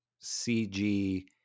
CG